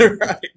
Right